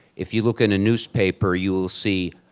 if you look in a newspaper you will see